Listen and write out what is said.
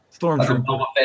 stormtrooper